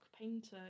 painter